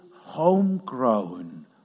homegrown